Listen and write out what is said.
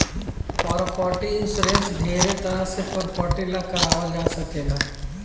property insurance ढेरे तरह के प्रॉपर्टी ला कारवाल जा सकेला